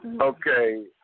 Okay